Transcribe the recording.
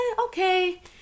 okay